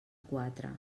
quatre